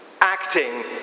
Acting